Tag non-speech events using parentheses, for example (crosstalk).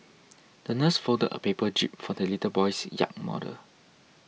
(noise) the nurse folded a paper jib for the little boy's yacht model